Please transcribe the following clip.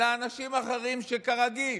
אלא אנשים אחרים, שכרגיל